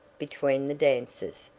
between the dances,